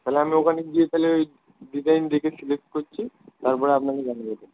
তাহলে আমি ওখানে গিয়ে তাহলে ওই ডিজাইন দেখে সিলেক্ট করছি তার পরে আপনাকে জানিয়ে দেবো